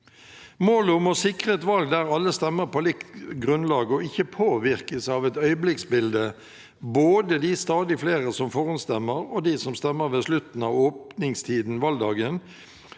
Målet om å sikre et valg der alle stemmer på likt grunnlag og ikke påvirkes av et øyeblikksbilde, både de stadig flere som forhåndsstemmer, og de som stemmer ved slutten av åpningstiden valgdagen,